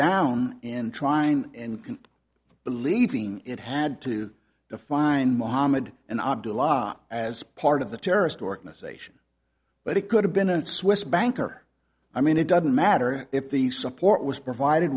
down in trying and believing it had to to find mohammed and abdulla as part of the terrorist organization but it could have been a swiss banker i mean it doesn't matter if the support was provided